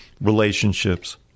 relationships